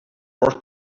work